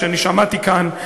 שאני שמעתי כאן,